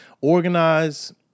organize